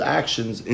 actions